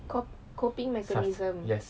cop~ coping mechanism